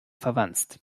verwanzt